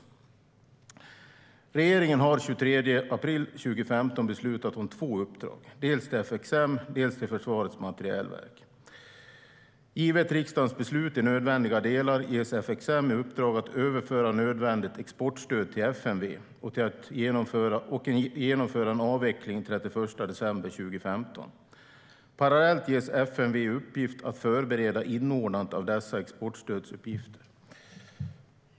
Regeringen har den 23 april 2015 beslutat om två uppdrag, dels till FXM, dels till Försvarets materielverk, FMV. Givet riksdagens beslut i nödvändiga delar ges FXM i uppdrag att överföra nödvändigt exportstöd till FMV och genomföra en avveckling den 31 december 2015. Parallellt ges FMV i uppgift att förbereda inordnandet av dessa exportstödsuppgifter.